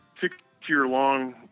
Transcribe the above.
six-year-long